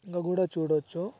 ఇంకా కూడా చూడవచ్చు